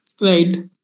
Right